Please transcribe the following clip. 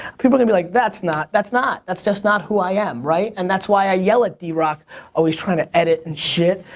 people are gonna be like, that's not. that's not, that's just not who i am, right? and that's why i yell at drock always trying to edit and shit,